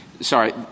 Sorry